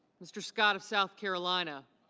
mr. scott of south carolina,